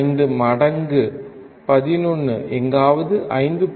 5 மடங்கு 11 எங்காவது 5